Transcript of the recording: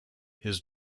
his